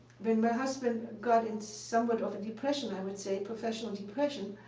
when my husband got in somewhat of a depression i would say professional depression.